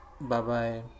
Bye-bye